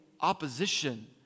opposition